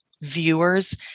viewers